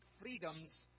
freedoms